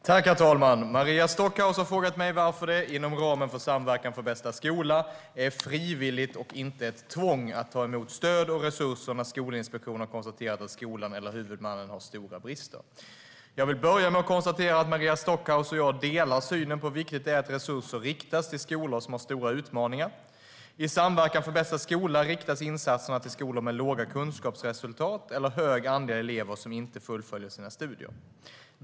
Herr talman! Maria Stockhaus har frågat mig varför det - inom ramen för Samverkan för bästa skola - är frivilligt och inte ett tvång att ta emot stöd och resurser när Skolinspektionen har konstaterat att skolan eller huvudmannen har stora brister. Jag vill börja med att konstatera att Maria Stockhaus och jag delar synen på hur viktigt det är att resurser riktas till skolor som har stora utmaningar. I Samverkan för bästa skola riktas insatserna till skolor med låga kunskapsresultat eller hög andel elever som inte fullföljer sina studier.